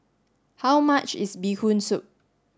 how much is bee Hoon soup